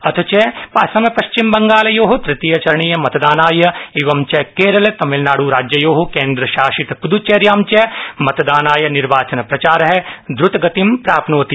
अदय च असम पश्चिमबंगालयो तृतीयचरणीय मतदानाय एवंच केरल तमिलनाइराज्ययोः केन्द्रशासित प्दच्चेर्या च मतदानाय निर्वाचनप्रचारः द्रतगतिं प्राप्नोति